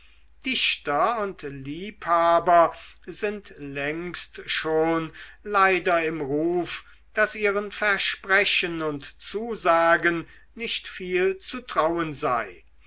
dichter und liebhaber sind längst schon leider im ruf daß ihren versprechen und zusagen nicht viel zu trauen sei